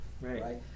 right